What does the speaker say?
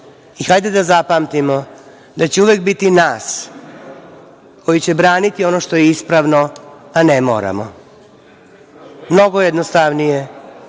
i hajde da zapamtimo da će uvek biti nas koje će braniti ono što je ispravno, a ne moramo. Mnogo jednostavnije,